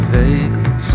vaguely